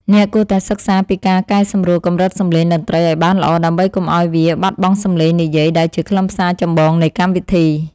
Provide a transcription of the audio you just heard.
អ្នកគួរតែសិក្សាពីការកែសម្រួលកម្រិតសំឡេងតន្ត្រីឱ្យបានល្អដើម្បីកុំឱ្យវាបាត់បង់សំឡេងនិយាយដែលជាខ្លឹមសារចម្បងនៃកម្មវិធី។